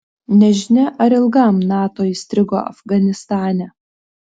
nežinia ar ilgam nato įstrigo afganistane